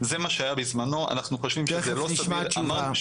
אם לרשות יש חצי אחוז או אחוז